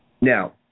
Now